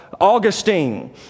Augustine